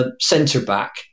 centre-back